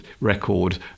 record